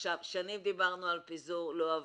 שנים דיברנו על פיזור לא עבד.